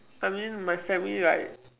I mean my family like